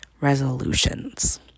resolutions